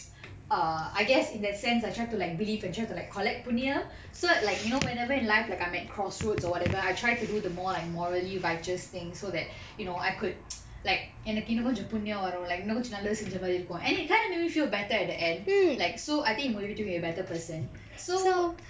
err I guess in that sense I try to like believe and try to like collect புண்ணியம்:punniyam so like you know whenever in life like I'm at crossroads or whatever I try to do the more like morally righteous thing so that you know I could like எனக்கு இன்னு கொஞ்ச புண்ணியம் வரும்:enakku innu konja punniyam varum like இன்னு கொஞ்சம் நல்லது செஞ்ச மாறி இருக்கும்:innu konjam nallathu senja mari irukkum and it kind of make me feel better at the end like so I think it will turn me into a better person so